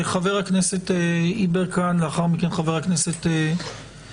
חבר הכנסת יברקן ולאחר מכן חבר הכנסת רוטמן.